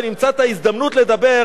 ואני אמצא את ההזדמנות לדבר,